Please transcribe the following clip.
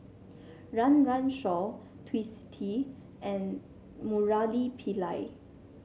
Run Run Shaw Twisstii and Murali Pillai